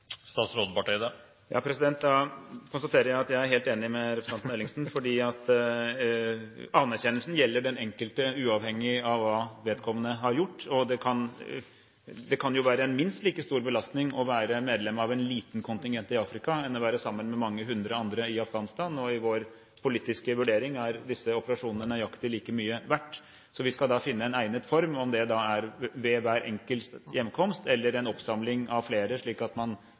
Da konstaterer jeg at jeg er helt enig med representanten Ellingsen. Anerkjennelsen gjelder den enkelte, uavhengig av hva vedkommende har gjort. Det kan være en minst like stor belastning å være medlem av en liten kontingent i Afrika som å være sammen med mange hundre andre i Afghanistan. I vår politiske vurdering er disse operasjonene nøyaktig like mye verdt. Vi skal finne en egnet form, enten det er ved hver enkelts hjemkomst eller en oppsamling av flere, slik at man